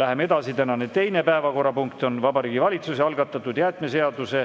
Läheme edasi. Tänane teine päevakorrapunkt on Vabariigi Valitsuse algatatud jäätmeseaduse,